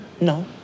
No